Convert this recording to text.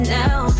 now